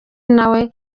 nawe